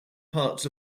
parts